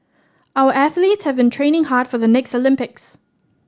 our athletes have been training hard for the next Olympics